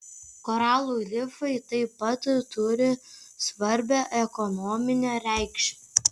koralų rifai taip pat turi svarbią ekonominę reikšmę